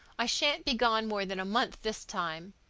i shan't be gone more than a month this time.